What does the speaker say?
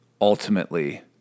ultimately